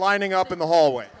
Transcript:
lining up in the hallway